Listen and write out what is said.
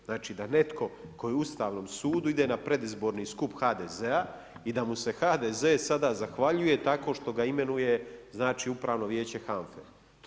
Znači da netko tko je na Ustavnom sud ide na predizborni skup HDZ-a i da mu se HDZ sada zahvaljuje tako što ga imenuje u upravno vijeće HANFA-e.